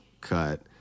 cut